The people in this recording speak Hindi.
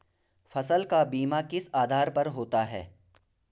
फसल का बीमा किस आधार पर होता है?